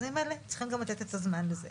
אז ממילא צריכים גם לתת את הזמן לזה.